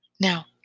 Now